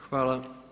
Hvala.